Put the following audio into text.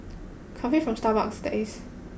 coffee from Starbucks that is